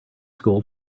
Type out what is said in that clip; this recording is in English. school